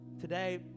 today